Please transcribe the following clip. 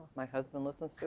my husband listens